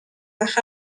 байх